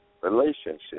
Relationship